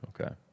Okay